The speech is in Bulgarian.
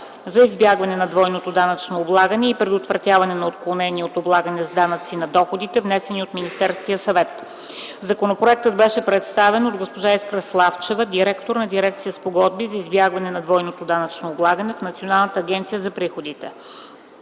за избягване на двойното данъчно облагане и предотвратяване на отклонението от облагане с данъци на доходите, внесен от Министерския съвет. Законопроектът беше представен от Искра Славчева – директор на дирекция „Спогодби за избягване на двойното данъчно облагане” в Националната агенция за приходите.